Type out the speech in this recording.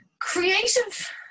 Creative